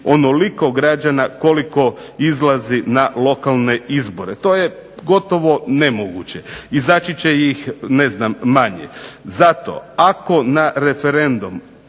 onoliko građana koliko izlazi na lokalne izbore. To je gotovo nemoguće. Izaći ih manje. Zato ako na referendum